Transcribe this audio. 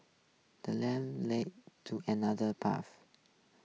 the ladder leads to another path